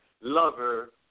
lover